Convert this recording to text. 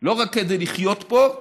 לא רק כדי לחיות פה,